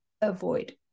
avoid